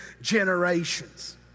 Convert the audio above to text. generations